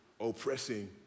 oppressing